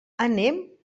anem